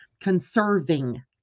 conserving